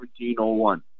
1701